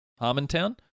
Harmontown